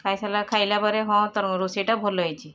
ଖାଇସାରିଲା ଖାଇଲା ପରେ ହଁ ତୋର ରୋଷେଇଟା ଭଲ ହେଇଛି